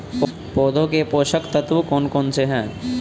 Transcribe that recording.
पौधों के पोषक तत्व कौन कौन से हैं?